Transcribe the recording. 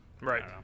Right